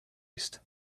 east